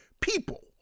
people